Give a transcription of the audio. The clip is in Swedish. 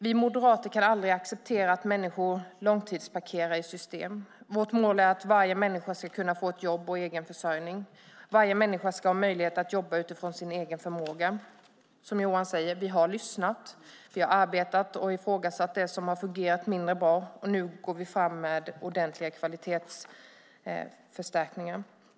Vi moderater kan aldrig acceptera att människor långtidsparkeras i system. Vårt mål är att varje människa ska kunna få jobb och egen försörjning. Varje människa ska ha möjlighet att jobba utifrån sin egen förmåga. Som Johan säger: Vi har lyssnat. Vi har arbetat och ifrågasatt det som har fungerat mindre bra, och nu går vi fram med ordentliga kvalitetsförstärkningar.